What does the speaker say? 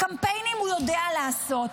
קמפיינים הוא יודע לעשות.